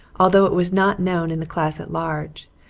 although it was not known in the class at large,